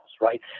right